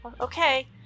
Okay